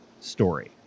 story